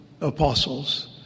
apostles